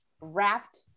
wrapped